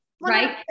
right